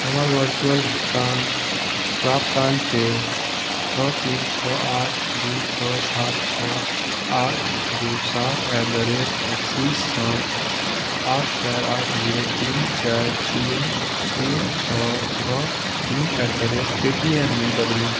हमर वर्चुअल भुगतानक प्राप्तांक के छओ तीन छओ आठ दू छओ सात छओ आठ दू सात एट द रेट एक्सिससँ आठ चारि आठ जीरो तीन चारि जीरो तीन छओ छओ तीन at the rate Paytm मे बदलू